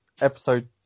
episode